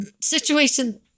situation